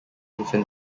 within